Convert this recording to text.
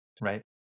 right